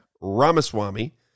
Ramaswamy